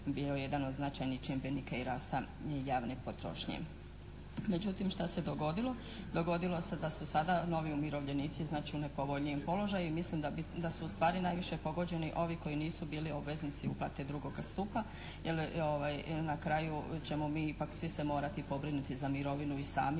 bio je jedan od značajnih čimbenika i rasta javne potrošnje. Međutim, šta se dogodilo? Dogodilo se da su sada novi umirovljenici u nepovoljnijem položaju i mislim da su ustvari najviše pogođeni ovi koji nisu bili obveznici uplate drugoga stupa jel' na kraju ćemo mi ipak svi se morati pobrinuti za mirovinu i sami